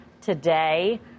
today